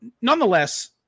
nonetheless